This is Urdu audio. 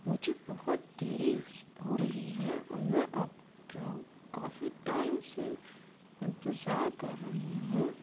مجھے بہت دیری ہو رہی ہے اور میں آپ کا کافی ٹائم سے انتظار کر رہی ہوں